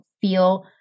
feel